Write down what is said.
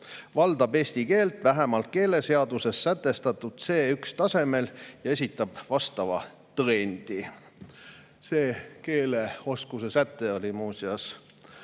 valdab eesti keelt vähemalt keeleseaduses sätestatud C1 tasemel ja esitab vastava tõendi." See keeleoskuse säte oli muuseas